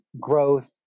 growth